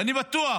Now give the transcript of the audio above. ואני בטוח,